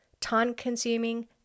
time-consuming